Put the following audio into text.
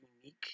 unique